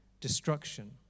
destruction